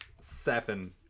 seven